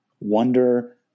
wonder